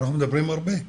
אנחנו מדברים הרבה,